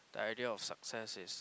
the idea of success is